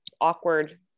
awkward